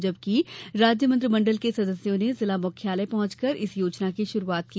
जबकि राज्य मंत्रिमंडल के सदस्यों ने जिला मुख्यालय पहुंचकर इस योजना की शुरूआत की